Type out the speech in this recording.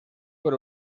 por